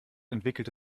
entwickelte